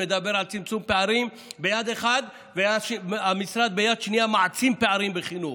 מדברים על צמצום פערים ביד אחת וביד שנייה המשרד מעצים פערים בחינוך.